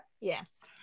yes